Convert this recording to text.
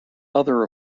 other